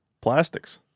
plastics